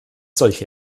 solche